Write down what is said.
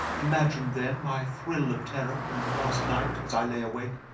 imagine, then, my thrill of terror when last night, as i lay awake,